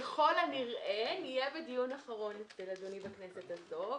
ככל הנראה נהיה בדיון אחרון אצל אדוני בכנסת הזאת,